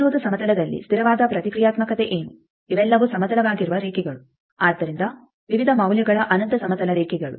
ಪ್ರತಿರೋಧ ಸಮತಲದಲ್ಲಿ ಸ್ಥಿರವಾದ ಪ್ರತಿಕ್ರಿಯಾತ್ಮಕತೆ ಏನು ಇವೆಲ್ಲವೂ ಸಮತಲವಾಗಿರುವ ರೇಖೆಗಳು ಆದ್ದರಿಂದ ವಿವಿಧ ಮೌಲ್ಯಗಳ ಅನಂತ ಸಮತಲ ರೇಖೆಗಳು